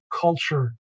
culture